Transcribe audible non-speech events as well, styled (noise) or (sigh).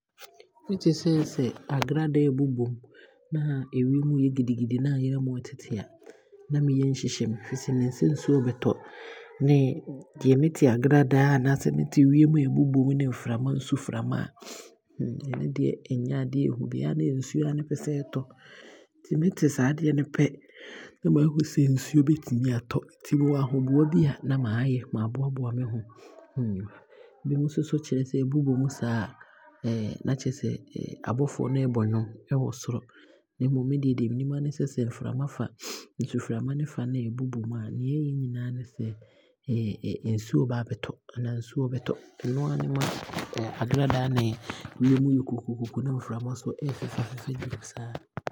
Me te sɛ ɛyɛ sɛ akradaa ɛɛbobɔ mu a, na ɛwiem ɛɛyɛ gidigidi na ayerɛmoo ɛbɛtete a, na me yam hyehye me. Ɛfisɛ me nim sɛ nsuo ɛɛbɛtɔ, ne deɛ mete akradaa anaa wiem a ɛɛbobɔ de mframa nsumframa a, (noise) (hesitation) ɛno deɛ ɛnyɛ adeɛ a ɔɔhu biaa ɛyɛ a na ɛyɛ nsuo aa ne pɛ sɛ ɛtɔ. Nti me te saa adeɛ no pɛ, (noise) na maahu sɛ nsuo bɛtumi aatɔ, nti mewɔ ahoboa bi a na maayɛ, maaboaboa me ho. (hesitation) Binom nso kyerɛ sɛ, sɛ ɛɛbobɔ mu saa a, (hesitation) na kyerɛ sɛ (hesitation) abɔfoɔ no ɛɛbɔ nnwom ɛwɔ soro, na mmom me deɛ nea me nim a ne sɛ, sɛ mframa fa (noise) nsumframa no fa na ɛɛbobɔ mu na ne nyinaa ne sɛ (hesitation) nsuo ɛɛba abɛtɔ naa nsuo ɛɛbɛtɔ, nti ɛno aa ne ma (hesitation) akradaa ne wiem yɛ kukukukuna mframa nso ɛɛfefa fefa saa no.